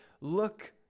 Look